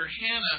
Hannah